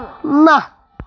ନା